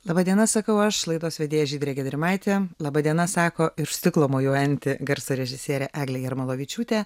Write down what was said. laba diena sakau aš laidos vedėja žydrė giedrimaitė laba diena sako iš stiklo mojuojanti garso režisierė eglė jarmolavičiūtė